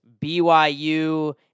BYU